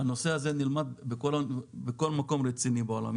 הנושא הזה נלמד בכל מקום רציני בעולם.